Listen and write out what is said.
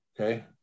Okay